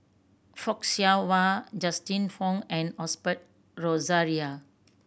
Fock Siew Wah Justin Zhuang and Osbert Rozario